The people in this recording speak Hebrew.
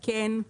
כן.